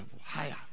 higher